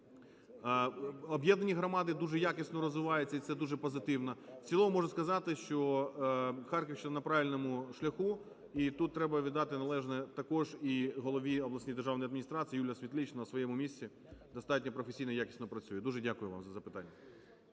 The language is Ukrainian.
об'єднані громади дуже якісно розвиваються, і це дуже позитивно. В цілому можу сказати, що Харківщина на правильному шляху. І тут треба віддати належне також і голові обласної адміністрації, Юлія Світлична на своєму місці достатньо професійно і якісно працює. Дуже дякую вам за запитання.